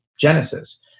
Genesis